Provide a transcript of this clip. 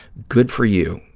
good for you.